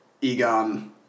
Egon